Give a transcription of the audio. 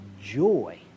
joy